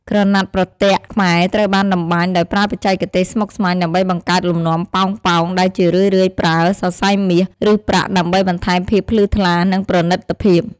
ក្រណាត់ប្រទាក់ ខ្មែរត្រូវបានតម្បាញដោយប្រើបច្ចេកទេសស្មុគស្មាញដើម្បីបង្កើតលំនាំប៉ោងៗ ដែលជារឿយៗប្រើ សរសៃមាស ឬប្រាក់ ដើម្បីបន្ថែមភាពភ្លឺថ្លា និងប្រណីតភាព។